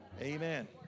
amen